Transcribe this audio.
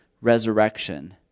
resurrection